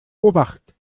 obacht